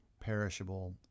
perishable